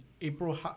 April